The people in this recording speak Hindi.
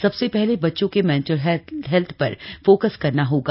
सबसे पहले बच्चों के मेंटल हेल्थ पर फोकस करना होगा